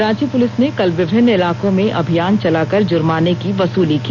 Ranchi police ने कल विभिन्न इलाकों में अभियान चलाकर जुर्माने की वसूली की